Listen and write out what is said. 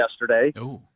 yesterday